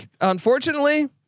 Unfortunately